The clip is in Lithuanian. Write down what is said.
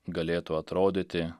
galėtų atrodyti